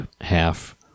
half